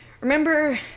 Remember